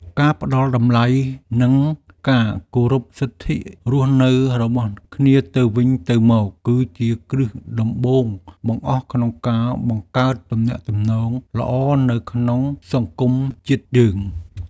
ការផ្តល់តម្លៃនិងការគោរពសិទ្ធិរស់នៅរបស់គ្នាទៅវិញទៅមកគឺជាគ្រឹះដំបូងបង្អស់ក្នុងការបង្កើតទំនាក់ទំនងល្អនៅក្នុងសង្គមជាតិយើង។